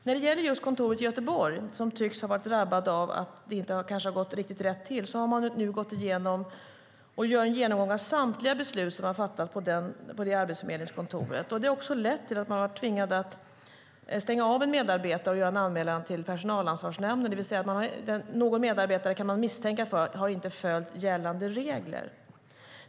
När det gäller just kontoret i Göteborg, som tycks ha varit drabbat av att det kanske inte har gått riktigt rätt till, gör man nu en genomgång av samtliga beslut som har fattats på det arbetsförmedlingskontoret. Det har lett till att man har tvingats stänga av en medarbetare och göra en anmälan till personalansvarsnämnden. Man kan misstänka att någon medarbetare inte har följt gällande regler.